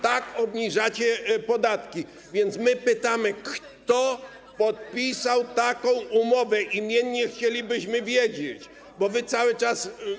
Tak obniżacie podatki, więc my pytamy, kto podpisał taką umowę, imiennie chcielibyśmy wiedzieć, bo wy cały czas.